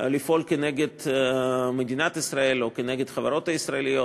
לפעול נגד מדינת ישראל או נגד החברות הישראליות.